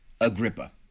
Agrippa